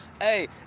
Hey